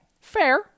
Fair